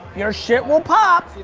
your shit will pop.